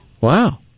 Wow